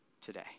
today